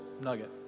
nugget